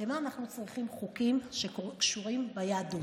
למה אנחנו צריכים חוקים שקשורים ביהדות?